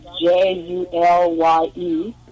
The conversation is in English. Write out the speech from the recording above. J-U-L-Y-E